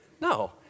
No